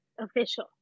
official